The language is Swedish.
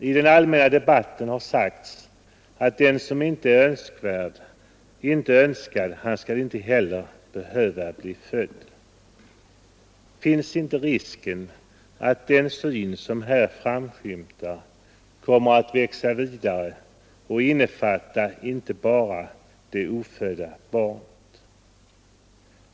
I den allmänna debatten har det sagts att den som inte är önskvärd, inte önskad — han skall inte heller behöva bli född. Finns inte risken att den syn som här framskymtar kommer att växa vidare och innefatta inte bara det ofödda barnet?